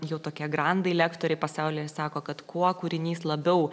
jau tokie grandai lektoriai pasaulyje sako kad kuo kūrinys labiau